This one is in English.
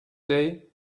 day